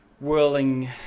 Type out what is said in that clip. whirling